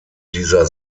dieser